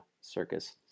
circus